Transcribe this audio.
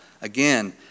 again